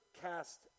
cast